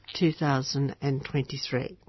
2023